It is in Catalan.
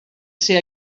ser